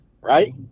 Right